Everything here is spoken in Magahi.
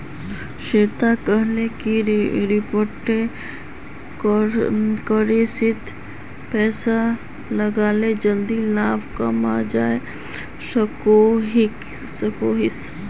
श्वेता कोहले की क्रिप्टो करेंसीत पैसा लगाले ज्यादा लाभ कमाल जवा सकोहिस